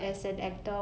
ha